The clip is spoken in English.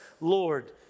Lord